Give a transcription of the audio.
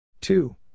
Two